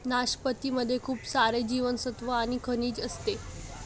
नाशपती मध्ये खूप सारे जीवनसत्त्व आणि खनिज असते